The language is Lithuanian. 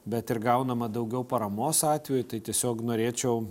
bet ir gaunama daugiau paramos atveju tai tiesiog norėčiau